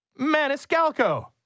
Maniscalco